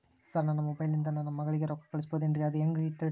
sir ನನ್ನ mobile ಇಂದ ನನ್ನ ಮಗಳಿಗೆ ರೊಕ್ಕಾ ಕಳಿಸಬಹುದೇನ್ರಿ ಅದು ಹೆಂಗ್ ಹೇಳ್ರಿ